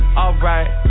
alright